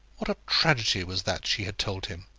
what a tragedy was that she had told him!